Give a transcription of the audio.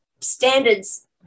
standards